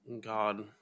God